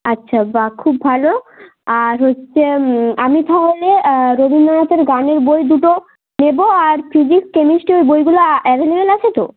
আচ্ছা বাহ খুব ভালো আর হচ্ছে আমি তাহলে রবীন্দ্রনাথের গানের বই দুটো নেব আর ফিজিক্স কেমিস্ট্রি ওই বইগুলো অ্যাভেলেবল আছে তো